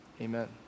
amen